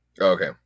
Okay